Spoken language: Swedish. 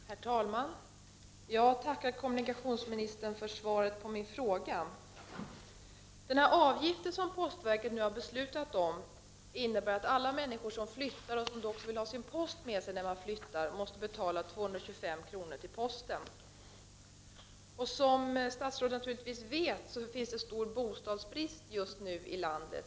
Herr talman! Jag tackar kommunikationsministern för svaret på min fråga. Den avgift som postverket nu har beslutat om innebär att alla människor som flyttar och som vill ha sin post med sig måste betala 225 kr. Som statsrådet naturligtvis vet är det en stor bostadsbrist just nu i landet.